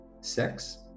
sex